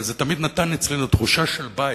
אבל זה תמיד נתן אצלנו תחושה של בית,